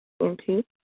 Okay